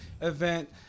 Event